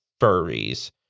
furries